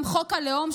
גם חוק הלאום,